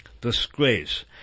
disgrace